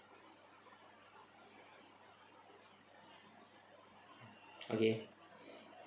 okay